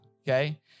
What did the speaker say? Okay